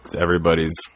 everybody's